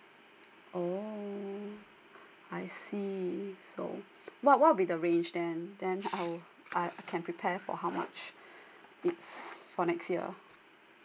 oh I see so what what be the range then then how I can prepare for how much it's for next year